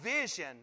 vision